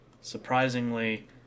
surprisingly